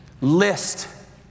list